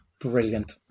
Brilliant